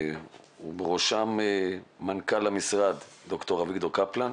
ובראשם, מנכ"ל המשרד ד"ר אביגדור קפלן.